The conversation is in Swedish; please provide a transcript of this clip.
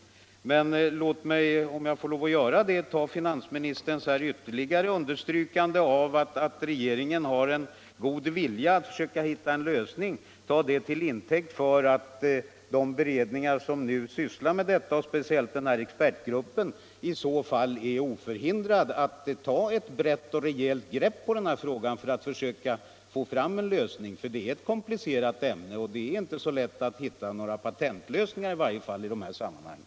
Men får jag då ta finansministerns ytterligare understrykande av regeringens vilja att hitta en lösning till intäkt för att de beredningar som nu sysslar med frågan, speciellt då den här expertgruppen, är oförhindrade att ta ett brett och rejält grepp på problemet för att försöka komma fram till en lösning. Det är ändock fråga om ett rätt komplicerat ämne, och det är i varje fall inte så lätt att hitta några patentlösningar i de här sammanhangen.